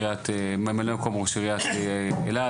ממלא מקום ראש עיריית אילת,